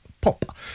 pop